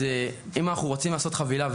אז אם אנחנו רוצים לעשות חבילה.